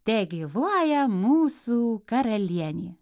tegyvuoja mūsų karalienė